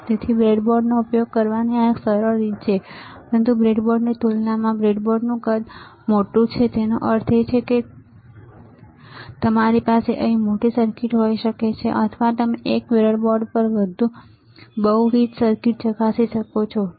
તેથી બ્રેડબોર્ડનો ઉપયોગ કરવાની આ એક સરળ રીત છે પરંતુ આ બ્રેડબોર્ડની તુલનામાં બ્રેડબોર્ડનું કદ મોટું છેતેનો અર્થ એ કે તમારી પાસે અહીં મોટી સર્કિટ હોઈ શકે છે અથવા તમે એક બ્રેડબોર્ડ પર બહુવિધ સર્કિટ ચકાસી શકો છો બરાબર